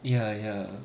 ya ya